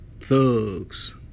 thugs